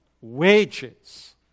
wages